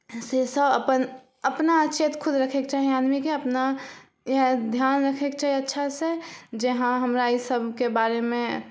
से सब अपन अपना चेत अपना खुद रक्खैके चाही आदमीके अपना इएह ध्यान रक्खैके चाही अच्छा से जे हँ हमरा ई सबके बारेमे